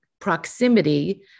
proximity